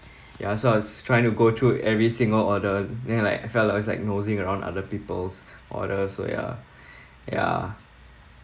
ya so I was trying to go through every single order then like I felt like I was nosing around other people's order so yeah yeah